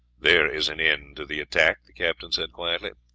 there is an end to the attack, the captain said quietly.